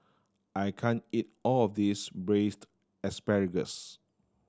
I can't eat all of this Braised Asparagus